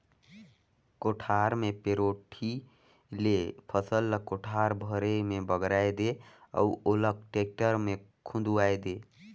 कोठार मे पैरोठी ले फसल ल कोठार भरे मे बगराय दे अउ ओला टेक्टर मे खुंदवाये दे